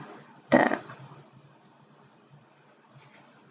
the